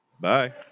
Bye